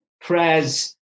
prayer's